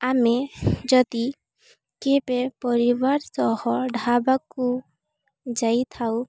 ଆମେ ଯଦି କେବେ ପରିବାର ସହ ଢାବାକୁ ଯାଇଥାଉ